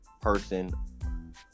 person